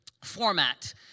format